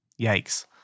yikes